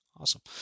awesome